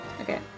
Okay